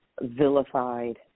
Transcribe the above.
vilified